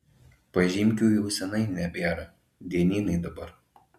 pažymkių jau seniai nebėra dienynai dabar